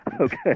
Okay